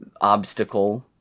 Obstacle